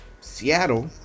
Seattle